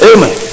Amen